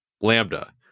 lambda